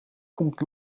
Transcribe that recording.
komt